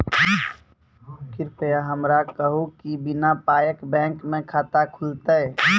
कृपया हमरा कहू कि बिना पायक बैंक मे खाता खुलतै?